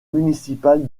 municipale